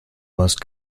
most